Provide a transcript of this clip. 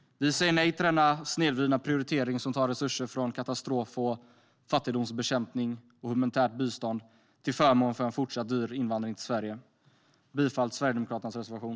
Vi säger nej till denna snedvridna prioritering som tar resurser från katastrof och fattigdomsbekämpning och humanitärt bistånd till förmån för en fortsatt dyr invandring till Sverige. Jag yrkar bifall till Sverigedemokraternas reservation.